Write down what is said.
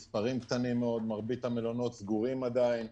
שציינה פה איילת מדינות אדומות לאדומות.